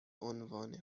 عنوان